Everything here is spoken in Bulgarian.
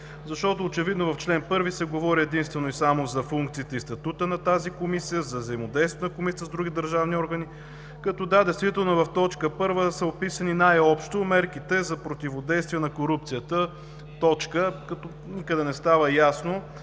защото очевидно в чл. 1 се говори единствено и само за функциите и статута на тази Комисия, за взаимодействието на Комисията с други държавни органи, като да, действително в т. 1 са описани най-общо „мерките за противодействие на корупцията”. Никъде не става ясно